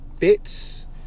fits